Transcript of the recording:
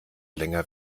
länger